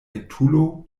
etulo